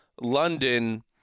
London